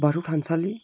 बाथौ थानसालि